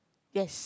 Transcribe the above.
yes